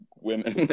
women